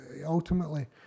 Ultimately